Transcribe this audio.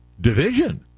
division